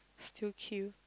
still kill